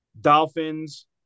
Dolphins